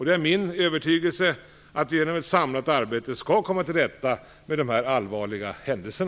Det är min övertygelse att vi genom ett samlat arbete skall komma till rätta med dessa allvarliga händelser.